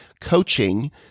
Coaching